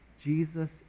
Jesus